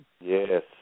Yes